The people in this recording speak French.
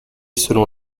selon